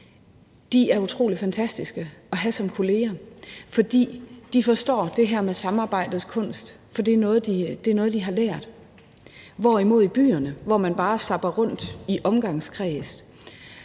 er utrolig fantastiske at have som kolleger, fordi de forstår det her med samarbejdets kunst, for det er noget, de har lært. Derimod zapper man bare rundt i omgangskredse